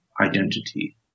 identity